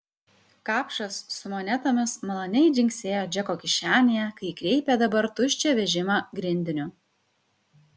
kapšas su monetomis maloniai dzingsėjo džeko kišenėje kai kreipė dabar tuščią vežimą grindiniu